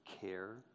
care